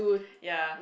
ya